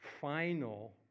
final